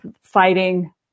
fighting